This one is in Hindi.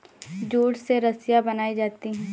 जूट से रस्सियां बनायीं जाती है